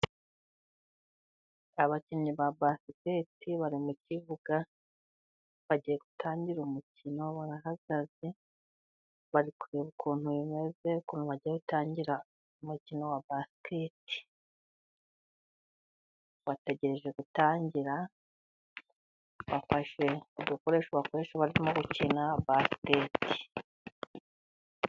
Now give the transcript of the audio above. Abakinnyi ba basket bari mu kibuga. Bagigutangira umukino bahagaze. Bari kureba ukuntu bimeze, ukuntu bajyiye gutangira umukino wa basket. Bategereje gutangira, bafashe udukoresho bakoresha barimo gukina basket.